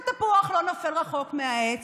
והתפוח לא נופל רחוק מהעץ,